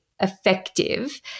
effective